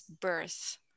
birth